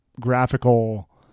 graphical